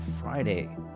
Friday